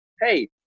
Hey